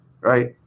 right